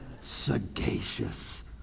Sagacious